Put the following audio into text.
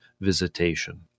visitation